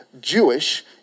Jewish